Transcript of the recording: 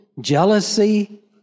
jealousy